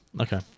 Okay